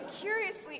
curiously